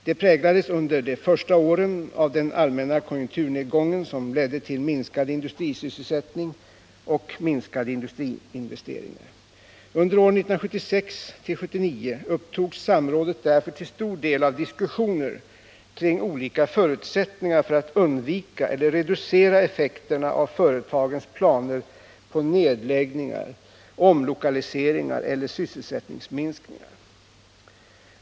De präglades under de första åren av den allmänna konjunkturnedgången, som ledde till minskad industrisysselsättning och minskade industriinvesteringar. Under åren 1976-1979 upptogs samrådet därför till stor del av diskussioner kring olika förutsättningar för att undvika eller reducera effekterna av företagens planer på nedläggningar, omlokaliseringar eller sysselsättningsminskningar.